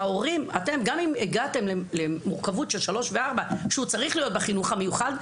גם אם הגעתם למורכבות של 3 ו-4 כשהוא צריך להיות בחינוך המיוחד,